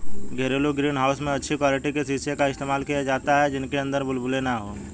घरेलू green house में अच्छी क्वालिटी के शीशे का इस्तेमाल किया जाता है जिनके अंदर बुलबुले ना हो